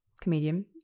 comedian